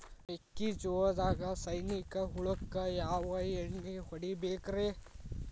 ಮೆಕ್ಕಿಜೋಳದಾಗ ಸೈನಿಕ ಹುಳಕ್ಕ ಯಾವ ಎಣ್ಣಿ ಹೊಡಿಬೇಕ್ರೇ?